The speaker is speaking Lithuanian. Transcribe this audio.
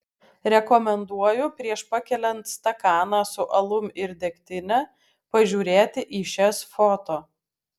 rekomenduoju prieš pakeliant stakaną su alum ir degtine pažiūrėti į šias foto